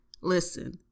listen